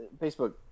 Facebook